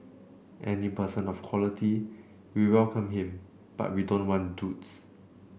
any person of quality we welcome him but we don't want duds